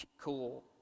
cool